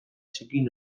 zikin